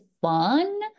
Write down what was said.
fun